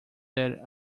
their